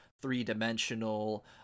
three-dimensional